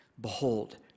behold